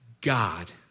God